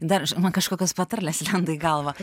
dar žin man kažkokios patarlės lenda į galvą